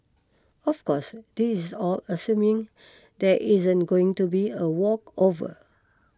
of course this is all assuming there isn't going to be a walkover